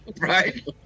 Right